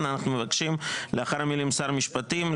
אנחנו מבקשים לאחר המילים "שר המשפטים"